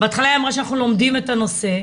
בהתחלה היא אמרה שאנחנו לומדים את הנושא,